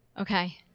Okay